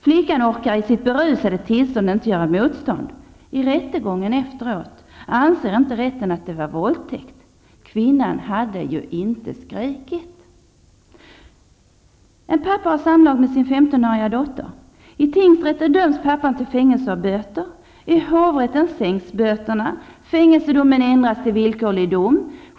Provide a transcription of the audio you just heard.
Flickan orkar i sitt berusade tillstånd inte göra motstånd. I rättegången efteråt anser inte rätten att det var våldtäkt. Kvinnan hade ju inte skrikit! tingsrätten döms pappan till fängelse och böter. I hovrätten sänks böterna, fängelsedomen ändras till villkorlig dom.